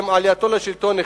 עם עלייתו לשלטון,